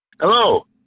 Hello